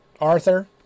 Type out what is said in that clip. Arthur